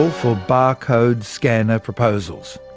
so for barcode scanner proposals.